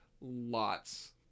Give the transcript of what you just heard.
lots